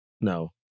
No